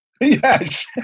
Yes